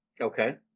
okay